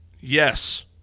Yes